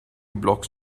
blocks